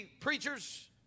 preachers